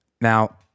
Now